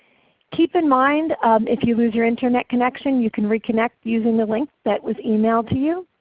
keep in mind um if you lose your internet connection you can reconnect using the link that was emailed to you.